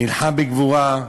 נלחם בגבורה,